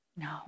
No